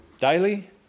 daily